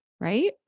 right